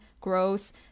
growth